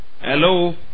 Hello